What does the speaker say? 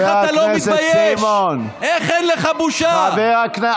אין לך בעיה.